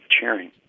chairing